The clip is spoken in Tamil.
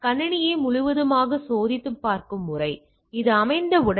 எனவே கணினியை முழுவதுமாக சோதித்துப் பார்க்கும் முறை அது அமைந்தவுடன்